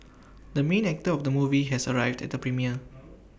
the main actor of the movie has arrived at the premiere